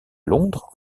londres